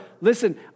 listen